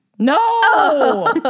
No